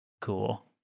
cool